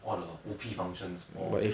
all the O_P functions more